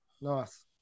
Nice